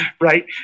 Right